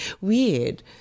weird